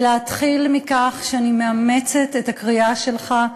ולהתחיל מכך שאני מאמצת את הקריאה שלך,